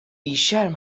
بیشرم